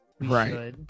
Right